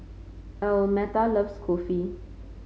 Almeta loves Kulfi